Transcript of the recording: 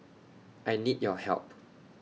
I need your help